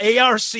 ARC